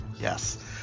Yes